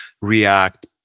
React